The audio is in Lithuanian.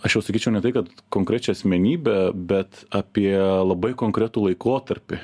aš jau sakyčiau ne tai kad konkrečią asmenybę bet apie labai konkretų laikotarpį